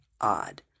odd